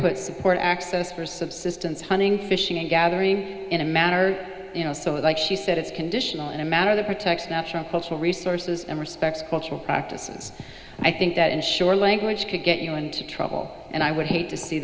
put support access for subsistence hunting fishing and gathering in a matter you know so that she said it's conditional in a manner that protects national cultural resources and respects cultural practices i think that ensure language could get you into trouble and i would hate to see